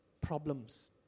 problems